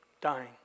dying